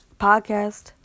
podcast